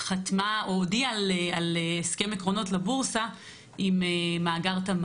ההסכם ההוא או על העקרונות ההם הייתה ביקורת פנים-ממשלתית גם מרשות